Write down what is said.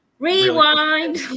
Rewind